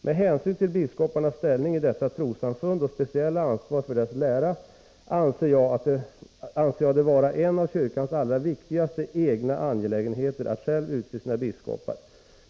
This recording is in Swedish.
Med hänsyn till biskoparnas ställning i detta trossamfund och speciella ansvar för dess lära anser jag det vara en av kyrkans allra viktigaste egna angelägenheter att själv utse sina biskopar.